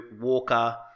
Walker